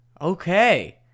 Okay